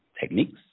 techniques